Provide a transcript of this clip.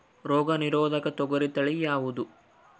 ರೋಗ ನಿರೋಧಕ ತೊಗರಿ ತಳಿ ಯಾವುದು?